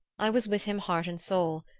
i was with him heart and soul,